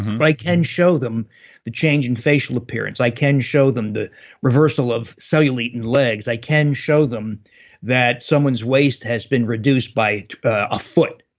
can show them the change in facial appearance. i can show them the reversal of cellulite in legs. i can show them that someone's waist has been reduced by a foot,